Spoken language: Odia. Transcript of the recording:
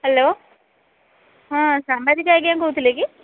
ହେଲୋ ହଁ ସାମ୍ବାଦିକା ଆଜ୍ଞା କହୁଥିଲେ କି